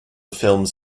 films